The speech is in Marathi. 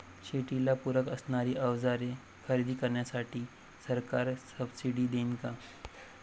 शेतीला पूरक असणारी अवजारे खरेदी करण्यासाठी सरकार सब्सिडी देईन का?